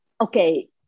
okay